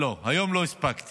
לא, היום לא הספקתי.